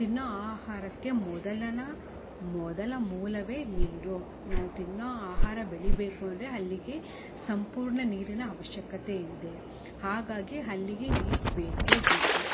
ತಿನ್ನೋ ಆಹಾರಕ್ಕೆ ಮೊದಲಿನ ಮೊದಲ ಮೂಲವೆ ನೀರು ನಾವು ತಿನ್ನೊ ಆಹಾರ ಬೆಳೆಯಬೇಕು ಅಂದರೆ ಅಲ್ಲಿಗೆ ಸಂಪೂರ್ಣ ನೀರಿನ ಆವಶ್ಯಕತೆ ಇದೆ ಹಾಗಾಗಿ ಅಲ್ಲಿಗೆ ನೀರು ಬೇಕೇ ಬೇಕು